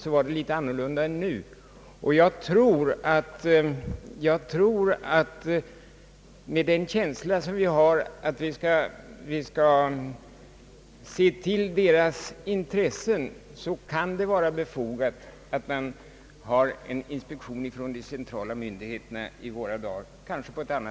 Med den känsla som vi nu har för att vi bör bevaka dessa människors intressen tror jag att det kan vara befogat på ett annat sätt än tidigare att man i våra dagar har en inspektion från de centrala myndigheterna.